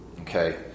Okay